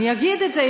אני אגיד את זה,